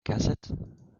cassette